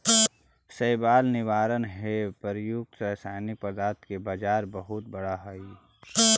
शैवाल निवारण हेव प्रयुक्त रसायनिक पदार्थ के बाजार बहुत बड़ा हई